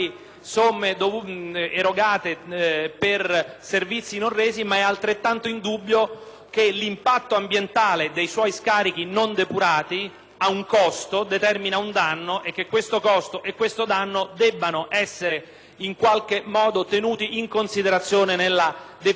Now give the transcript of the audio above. che l'impatto ambientale dei suoi scarichi non depurati ha un costo, determina un danno. È chiaro che questo costo e questo danno debbono essere in qualche modo tenuti in considerazione nella definizione dei meccanismi di restituzione delle somme non dovute. Per questa ragione noi,